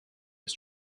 his